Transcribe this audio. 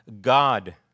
God